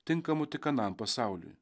tinkamu tik anam pasauliui